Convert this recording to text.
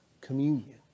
Communion